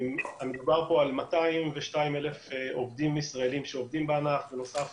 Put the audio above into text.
מדובר פה על 202,000 עובדים ישראלים שעובדים בענף בנוסף